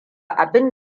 abin